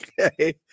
Okay